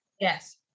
Yes